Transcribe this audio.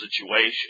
situation